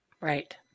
Right